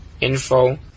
info